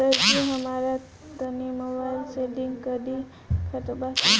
सरजी हमरा तनी मोबाइल से लिंक कदी खतबा के